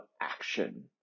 action